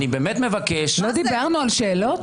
לא דיברנו על שאלות?